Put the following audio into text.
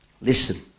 listen